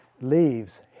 leaves